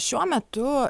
šiuo metu